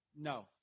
No